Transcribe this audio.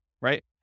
right